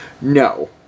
No